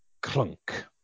Clunk